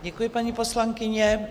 Děkuji, paní poslankyně.